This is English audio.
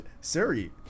siri